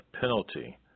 penalty